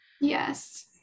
Yes